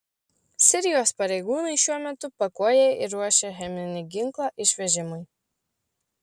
sirijos pareigūnai šiuo metu pakuoja ir ruošia cheminį ginklą išvežimui